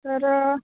तर